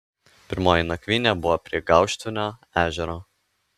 pirmoji nakvynė buvo prie gauštvinio ežero